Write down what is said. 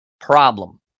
problem